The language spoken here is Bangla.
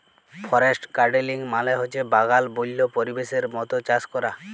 ফরেস্ট গাড়েলিং মালে হছে বাগাল বল্য পরিবেশের মত চাষ ক্যরা